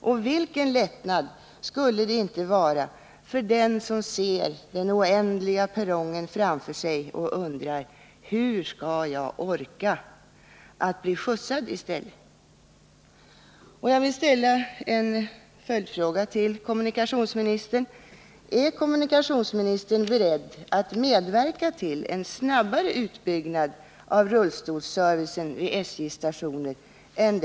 Och vilken lättnad skulle det inte vara för den som ser den oändliga perrongen framför sig och undrar hur han skall orka, om han i stället kunde bli skjutsad!